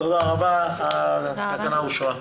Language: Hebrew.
תודה רבה, התקנה אושרה.